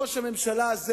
ראש הממשלה הזה,